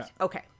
Okay